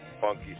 Funky